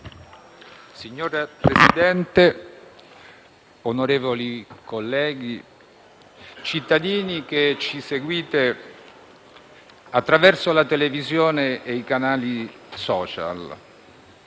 Signor Presidente, onorevoli colleghi, cittadini che ci seguite attraverso la televisione e i canali *social,*